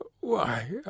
Why